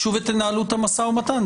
גשו ותנהלו את המשא ומתן,